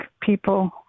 people